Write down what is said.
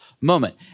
moment